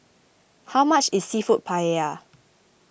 how much is Seafood Paella